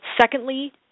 Secondly